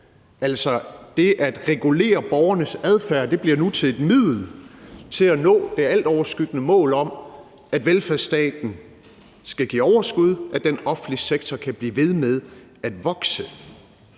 det at regulere borgernes adfærd bliver nu til et middel til at nå det altoverskyggende mål om, at velfærdsstaten skal give overskud, og at den offentlige sektor kan blive ved med at vokse.